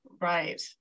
Right